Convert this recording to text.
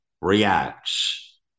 reacts